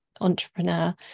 entrepreneur